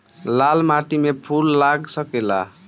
लाल माटी में फूल लाग सकेला?